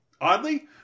Oddly